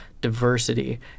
diversity